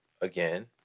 again